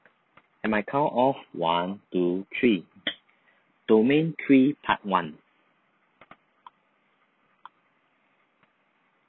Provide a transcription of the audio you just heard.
at my count of one two three domain three part one